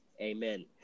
amen